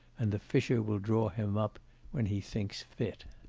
and the fisher will draw him up when he thinks fit.